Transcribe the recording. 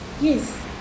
Yes